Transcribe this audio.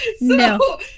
No